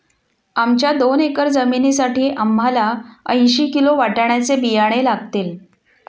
आमच्या दोन एकर जमिनीसाठी आम्हाला ऐंशी किलो वाटाण्याचे बियाणे लागतील